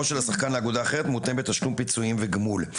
של השחקן לאגודה אחרת מותנה בתשלום פיצויים וגמול.